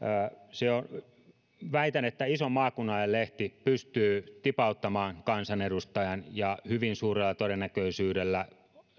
väitän että iso maakunnallinen lehti pystyy tipauttamaan kansanedustajan ja hyvin suurella todennäköisyydellä